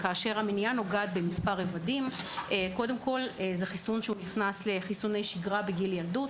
מדובר בחיסון שנכנס לחיסוני השגרה בגיל ילדות,